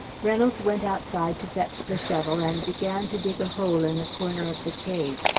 reynolds went outside to fetch the shovel, and began to dig a hole in the corner of the cave.